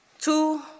two